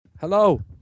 Hello